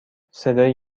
صدای